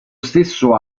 stesso